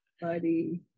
buddy